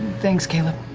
thanks, caleb.